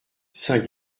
saint